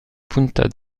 punta